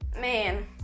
man